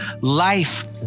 life